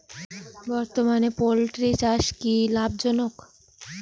বর্তমানে পোলট্রি চাষ কি লাভজনক?